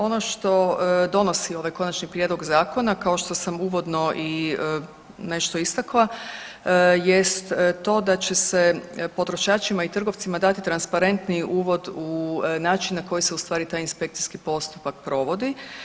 Ono što donosi ovaj konačni prijedlog zakona kao što sam uvodno nešto istakla jest to da će se potrošačima i trgovcima dati transparentniji uvod u način na koji se u stvari taj inspekcijski postupak provodi.